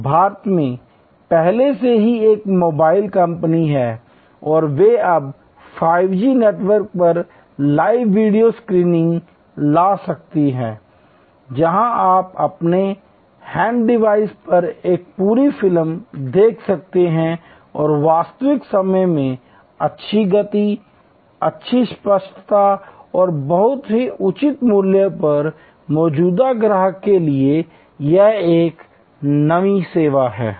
तो भारत में पहले से ही एक मोबाइल फोन कंपनी है और वे अब 5 जी नेटवर्क पर लाइव वीडियो स्ट्रीमिंग ला सकते हैं जहां आप अपने हैंडल डिवाइस पर एक पूरी फिल्म देख सकते हैं और वास्तविक समय अच्छी गति अच्छी स्पष्टता और बहुत ही उचित मूल्य पर मौजूदा ग्राहक के लिए यह एक नई सेवा है